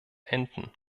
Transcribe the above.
enten